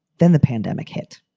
then the pandemic hit.